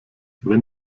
wenn